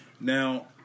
now